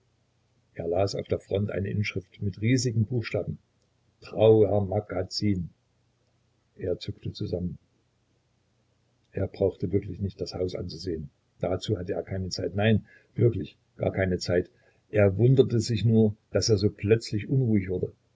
er las auf der front eine inschrift mit riesigen buchstaben trauermagazin er zuckte zusammen er brauchte wirklich nicht das haus anzusehen dazu hatte er keine zeit nein wirklich gar keine zeit er wunderte sich nur daß er so plötzlich unruhig wurde